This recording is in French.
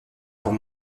pour